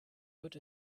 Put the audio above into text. wird